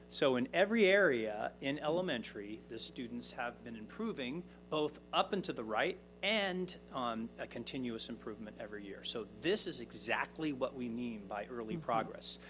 so in every area in elementary, the students have been improving both up and to the right and a ah continuous improvement every year. so this is exactly what we mean by early progress.